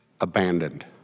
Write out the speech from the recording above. abandoned